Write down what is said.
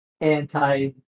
anti